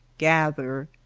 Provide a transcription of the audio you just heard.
gather.